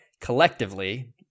collectively